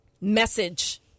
message